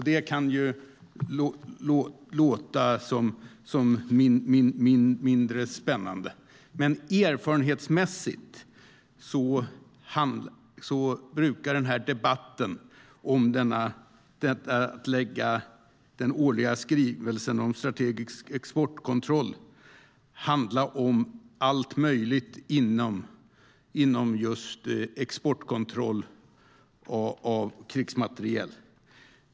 Detta kan låta mindre spännande, men erfarenhetsmässigt brukar debatten om den årliga skrivelsen om strategisk exportkontroll handla om allt möjligt inom exportkontroll av krigsmateriel.